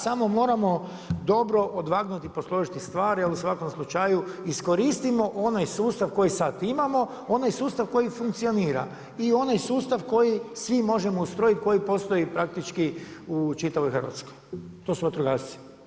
Samo moramo dobro odvagnuti i posložiti stvari, ali u svakom slučaju iskoristimo onaj sustav koji sad imamo, onaj sustav koji funkcionira i onaj sustav koji svi možemo ustrojiti koji postoji praktički u čitavoj Hrvatskoj, to su vatrogasci.